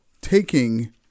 taking